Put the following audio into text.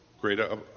greater